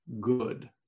good